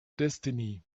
destiny